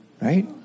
right